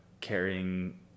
carrying